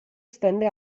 estende